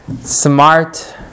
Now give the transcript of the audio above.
smart